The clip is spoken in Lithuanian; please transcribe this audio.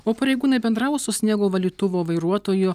o pareigūnai bendravo su sniego valytuvo vairuotoju